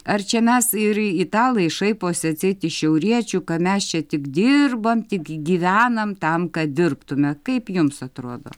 ar čia mes ir italai šaiposi atseit iš šiauriečių ka mes čia tik dirbam tik gyvenam tam kad dirbtume kaip jums atrodo